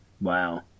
Wow